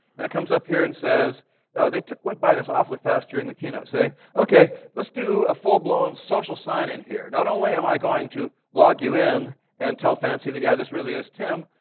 and it comes up here and says they went by this awfully fast during the keynote say, ok, let's do a full-blown social sign-in here. not only am i going to log you in and tell fancy that, yeah, this really is tim.